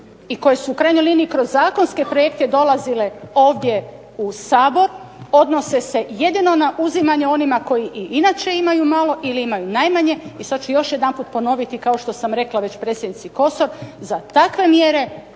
i koje su u krajnjoj liniji kroz zakonske projekte dolazile ovdje u Sabor, odnose se jedino na uzimanje onima koji i inače imaju malo ili imaju najmanje. I sad ću još jedanput ponoviti kao što sam rekla već predsjednici Kosor, za takve mjere